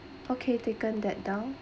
okay taken that down